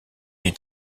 est